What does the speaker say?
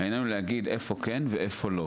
העניין הוא להגיד איפה כן ואיפה לא,